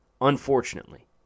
Unfortunately